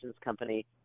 company